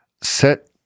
set